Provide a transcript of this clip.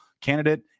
candidate